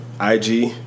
IG